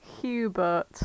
Hubert